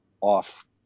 off